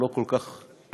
הוא לא כל כך בחור,